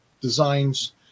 designs